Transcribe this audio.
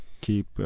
keep